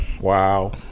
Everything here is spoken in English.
Wow